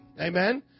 Amen